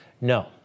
No